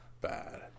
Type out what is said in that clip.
bad